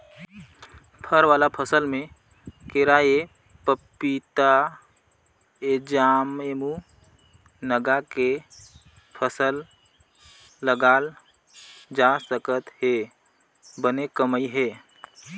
फर वाला फसल में केराएपपीताएजामएमूनगा के फसल लगाल जा सकत हे बने कमई हे